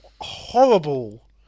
horrible